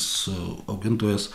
su augintojas